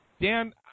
Dan